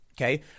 Okay